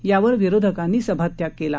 यावर विरोधकांनी सभात्याग केला